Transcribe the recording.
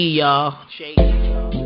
y'all